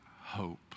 hope